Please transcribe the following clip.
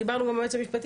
דיברנו גם עם היועץ המשפטי,